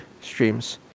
streams